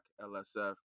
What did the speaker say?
LSF